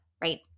right